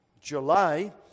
July